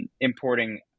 importing